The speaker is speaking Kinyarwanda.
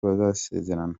basezerana